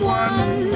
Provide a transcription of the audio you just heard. one